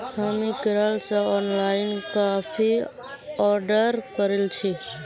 हामी केरल स ऑनलाइन काफी ऑर्डर करील छि